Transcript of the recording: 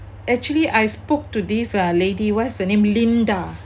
actually I spoke to this uh lady what's her name linda